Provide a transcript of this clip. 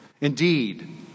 Indeed